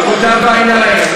עבודה בעיניים.